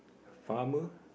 a farmer